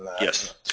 Yes